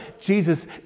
Jesus